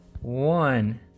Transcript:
one